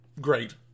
Great